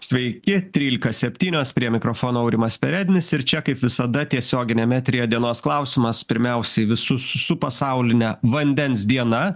sveiki trylika septynios prie mikrofono aurimas perednis ir čia kaip visada tiesioginiam eteryje dienos klausimas pirmiausiai visus su pasauline vandens diena